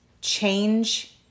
change